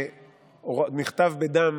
זה נכתב בדם,